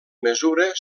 mesura